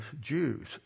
Jews